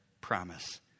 promise